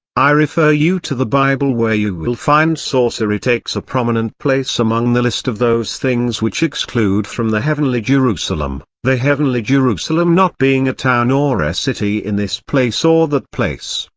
i refer you to the bible where you will find sorcery takes a prominent place among the list of those things which exclude from the heavenly jerusalem the heavenly jerusalem not being a town or a city in this place or that place,